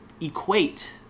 equate